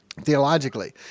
Theologically